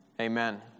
Amen